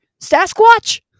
Sasquatch